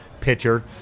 Pitcher